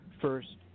first